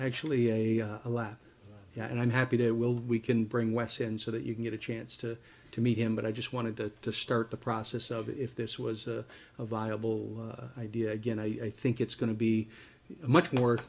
actually a laugh and i'm happy that will we can bring wes and so that you can get a chance to to meet him but i just wanted to start the process of if this was a viable idea again i think it's going to be a much more